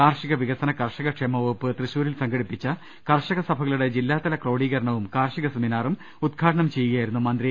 കാർഷിക വികസന കർഷക ക്ഷേമ വകുപ്പ് തൃശൂ രിൽ സംഘടിപ്പിച്ച കർഷക സഭകളുടെ ജില്ലാതല ക്രോഡീകരണവും കാർഷിക സെമിനാറും ഉദ്ഘാടനം ചെയ്യുകയായിരുന്നു മന്ത്രി